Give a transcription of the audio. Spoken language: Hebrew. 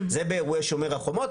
זה באירועי שומר החומר.